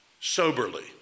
soberly